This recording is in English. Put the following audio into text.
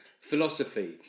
philosophy